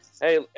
Hey